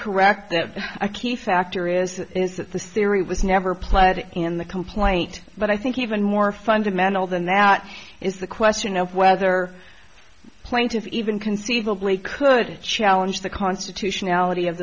correct that i q factor is is that the series was never played in the complaint but i think even more fundamental than that is the question of whether plaintiffs even conceivably could challenge the constitutionality of